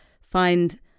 find